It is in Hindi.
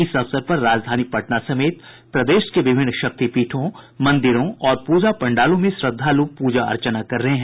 इस अवसर पर राजधानी पटना समेत प्रदेश के विभिन्न शक्तिपीठों मंदिरों और पूजा पंडालों में श्रद्धालु पूजा अर्चना कर रहे हैं